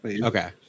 Okay